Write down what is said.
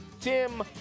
Tim